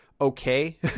okay